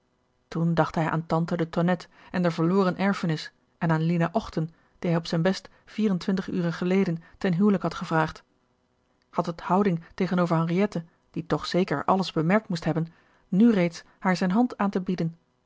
toen dacht hij aan tante de tonnette en de verloren erfenis en aan lina ochten die hij op zijn best vier-en-twintig uren geleden ten huwelijk had gevraagd had het houding tegenover henriette die toch zeker alles bemerkt moest hebben nu reeds haar zijn hand aan te bieden